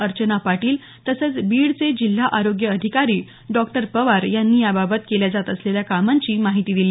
अर्चना पाटील तसंच बीडचे जिल्हा आरोग्य अधिकारी डॉक्टर पवार यांनी याबाबत केल्या जात असलेल्या कामांची माहिती दिली